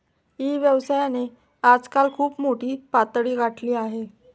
E व्यवसायाने आजकाल खूप मोठी पातळी गाठली आहे